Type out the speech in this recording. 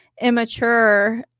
immature